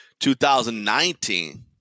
2019